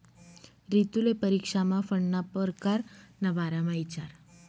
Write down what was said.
रितुले परीक्षामा फंडना परकार ना बारामा इचारं